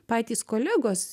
patys kolegos